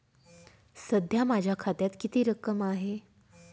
सध्या माझ्या खात्यात किती रक्कम आहे?